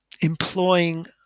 employing